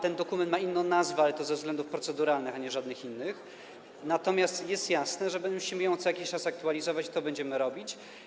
Ten dokument ma inną nazwę, ale to ze względów proceduralnych, a nie żadnych innych, natomiast jest jasne, że musimy go co jakiś czas aktualizować i będziemy to robić.